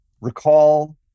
recall